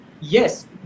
yes